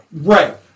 Right